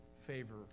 favor